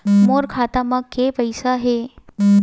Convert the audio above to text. मोर खाता म के पईसा हे?